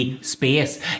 space